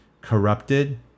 corrupted